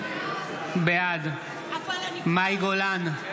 בעד מאי גולן,